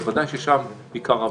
למרות שבוודאי ששם עיקר הבעיה.